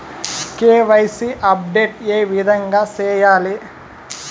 KYC update ఏ విధంగా సేయాలి?